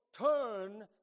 turn